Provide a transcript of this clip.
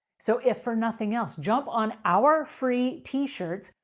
so, if for nothing else, jump on our free t-shirts,